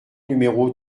numéro